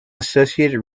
associated